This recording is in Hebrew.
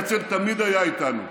הרצל תמיד היה איתנו.